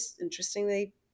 interestingly